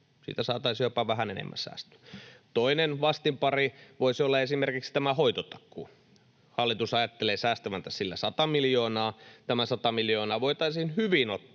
Siitä saataisiin jopa vähän enemmän säästöä. Toinen vastinpari voisi olla esimerkiksi tämä hoitotakuu. Hallitus ajattelee säästävänsä sillä 100 miljoonaa. Tämä 100 miljoonaa voitaisiin hyvin ottaa